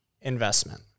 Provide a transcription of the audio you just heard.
investment